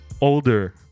older